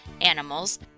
animals